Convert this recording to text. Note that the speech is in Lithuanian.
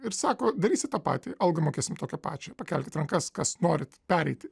ir sako darysi tą patį algą mokėsim tokią pačią pakelkit rankas kas norit pereiti